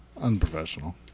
Unprofessional